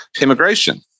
Immigration